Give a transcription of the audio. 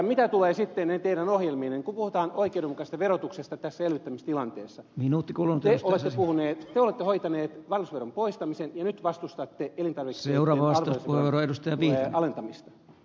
mitä tulee sitten teidän ohjelmiinne niin kun puhutaan oikeudenmukaisesta verotuksesta tässä elvyttämistilanteessa te olette hoitaneet varallisuusveron poistamisen ja nyt vastustatte elintarvikkeiden arvonlisäveron alentamista